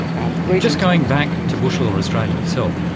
and just going back to bush lore australia itself,